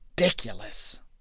Ridiculous